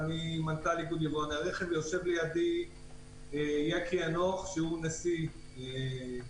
מנכ"ל איגוד יבואני הרכב ויושב לידי יקי אנוך שהוא נשיא האיגוד.